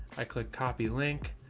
i click copy link.